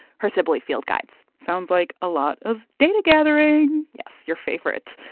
her sibley field guides sounds like a lot of data gathering yes. your favorite.